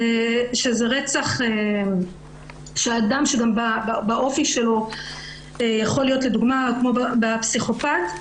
זה אדם שגם באופי שלו יכול להיות פסיכופת,